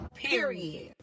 Period